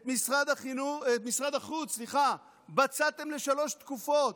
את משרד החוץ בצעתם לשלוש תקופות: